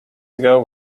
ago